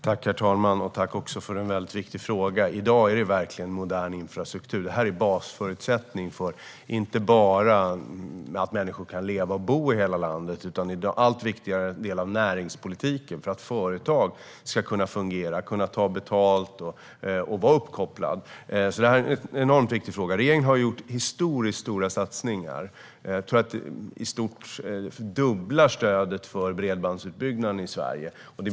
Herr talman! Jag tackar Jasenko Omanovic för en viktig fråga. Modern infrastruktur är en basförutsättning för att människor ska kunna leva och bo i hela landet. Det är också en allt viktigare del av näringspolitiken för att företag ska kunna fungera, ta betalt och vara uppkopplade. Det är alltså en enormt viktig fråga. Regeringen har gjort historiskt stora satsningar och fördubblat stödet till bredbandsutbyggnaden i Sverige.